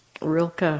Rilke